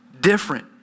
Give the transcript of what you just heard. different